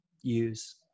use